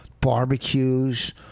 barbecues